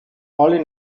alle